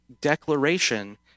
declaration